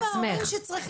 לעצמך?